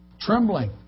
trembling